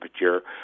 temperature